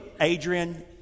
Adrian